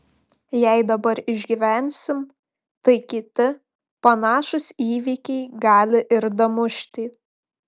jei dabar išgyvensim tai kiti panašūs įvykiai gali ir damušti